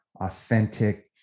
authentic